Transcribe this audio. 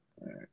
right